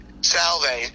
Salve